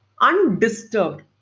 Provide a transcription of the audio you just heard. undisturbed